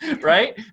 right